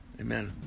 Amen